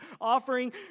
offering